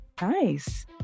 Nice